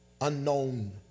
unknown